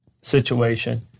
situation